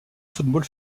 football